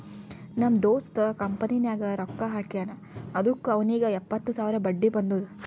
ನಮ್ ದೋಸ್ತ ಕಂಪನಿನಾಗ್ ರೊಕ್ಕಾ ಹಾಕ್ಯಾನ್ ಅದುಕ್ಕ ಅವ್ನಿಗ್ ಎಪ್ಪತ್ತು ಸಾವಿರ ಬಡ್ಡಿ ಬಂದುದ್